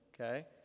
okay